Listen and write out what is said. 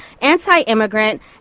anti-immigrant